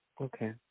Okay